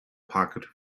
parked